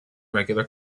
regular